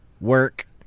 Work